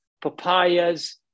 papayas